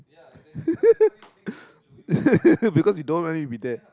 because you don't want me to be there